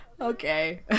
Okay